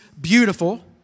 beautiful